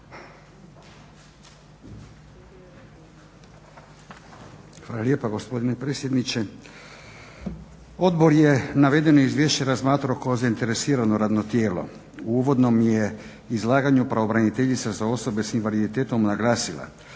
Hvala lijepo gospodine predsjedniče. Odbor je navedeno izvješće razmatrao kao zainteresirano radno tijelo. U uvodnom je izlaganju pravobraniteljica za osobe sa invaliditetom naglasila